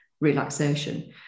relaxation